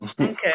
Okay